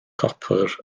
copr